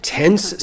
tense